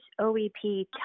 OEP